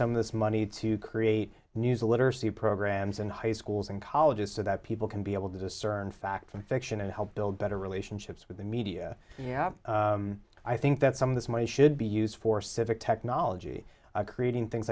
some of this money to create news literacy programs in high schools and colleges so that people can be able to discern fact from fiction and help build better relationships with the media you have i think that some of this money should be used for civic technology creating things